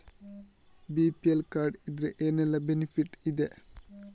BPL card ಇದ್ರೆ ಏನೆಲ್ಲ benefit ಇದೆ?